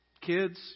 Kids